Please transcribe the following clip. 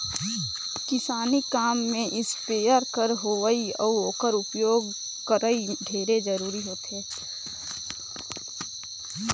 किसानी काम में इस्पेयर कर होवई अउ ओकर उपियोग करई ढेरे जरूरी होथे